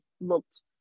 looked